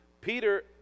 Peter